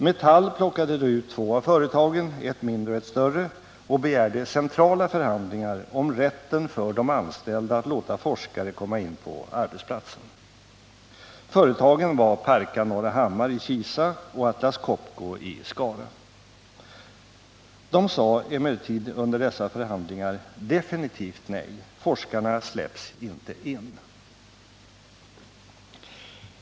Metall plockade då ut två av företagen, ett mindre och ett större, och begärde centrala förhandlingar om rätten för de anställda att låta forskare komma in på arbetsplatsen. Företagen var Parca Norrahammar i Kisa och Atlas Copco i Skara. De sade emellertid under dessa förhandlingar definitivt nej. Forskarna släpps inte in.